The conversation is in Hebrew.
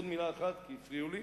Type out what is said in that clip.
עוד מלה אחת, כי הפריעו לי.